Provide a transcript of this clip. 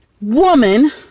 woman